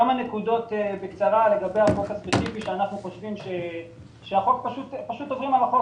כמה נקודות לחוק הספציפי שאנחנו חושבים שעוברים עליו.